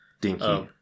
Dinky